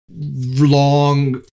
long